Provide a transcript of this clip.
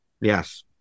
Yes